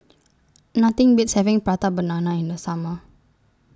Nothing Beats having Prata Banana in The Summer